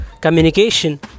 communication